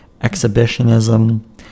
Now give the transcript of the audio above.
exhibitionism